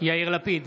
יאיר לפיד,